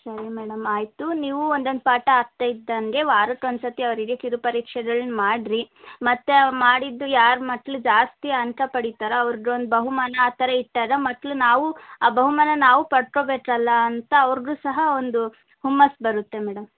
ಸರಿ ಮೇಡಮ್ ಆಯಿತು ನೀವು ಒಂದೊಂದು ಪಾಠ ಆಗ್ತಾ ಇದ್ದಂಗೆ ವಾರಕ್ಕೊಂದು ಸರ್ತಿ ಅವರಿಗೆ ಕಿರು ಪರೀಕ್ಷೆಗಳನ್ನು ಮಾಡಿರಿ ಮತ್ತು ಅವ್ರು ಮಾಡಿದ್ದು ಯಾರು ಮಕ್ಳು ಜಾಸ್ತಿ ಅಂಕ ಪಡೀತಾರೋ ಅವ್ರ್ಗೊಂದು ಬಹುಮಾನ ಆ ಥರ ಇಟ್ಟಾಗ ಮಕ್ಕಳು ನಾವೂ ಆ ಬಹುಮಾನ ನಾವೂ ಪಡ್ಕೋಬೇಕಲ್ಲ ಅಂತ ಅವ್ರಿಗೂ ಸಹ ಒಂದು ಹುಮ್ಮಸ್ಸು ಬರುತ್ತೆ ಮೇಡಮ್